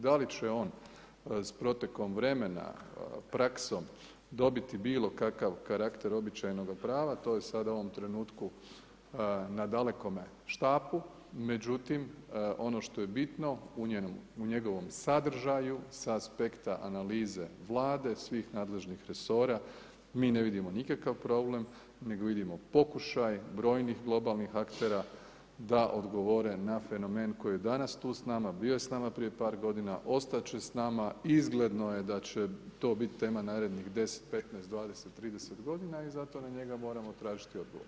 Da li će on s protekom vremena, praksom, dobiti bilo kakav karakter običajnoga prava, to je sada u ovom trenutku na dalekom štapu, međutim, ono što je bitno u njegovom sadržaju sa aspekta analize vlade, svih nadležnih resora, mi ne vidimo nikakav problem, nego vidimo pokušaj brojnih globalnih aktera, da odgovore na fenomen koji je danas tu s nama, bio je s nama prije par g. ostati će se s nama, izgledno je da će to biti tema narednih 10, 15, 20, 30 g. i zato na njega moramo tražiti odgovor.